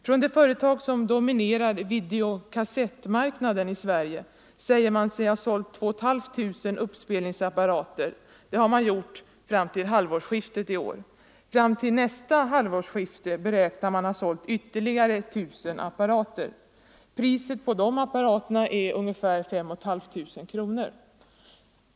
Från det företag som dominerar videokassettmarknaden i Sverge säger man sig ha sålt 2 500 uppspelningsapparater fram till det senaste halvårsskiftet. Till nästa halvårsskifte beräknar man ha sålt ytterligare 1 000 apparater. Priset på dessa apparater är ungefär 5 500 kronor.